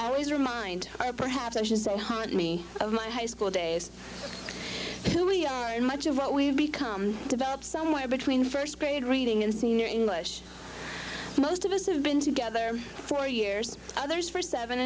always remind our perhaps i should say hard me of my high school days who we are in much of what we have become developed somewhere between first grade reading and senior english most of us have been together for years others for seven